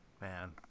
Man